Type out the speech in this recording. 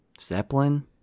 Zeppelin